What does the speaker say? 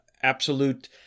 absolute